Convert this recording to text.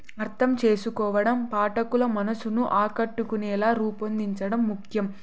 అర్థం చేసుకోవడం పాఠకుల మనసును ఆకట్టుకునేలా రూపొందించడం ముఖ్యం